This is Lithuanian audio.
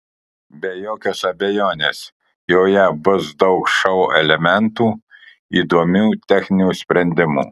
be jokios abejonės joje bus daug šou elementų įdomių techninių sprendimų